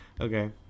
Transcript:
Okay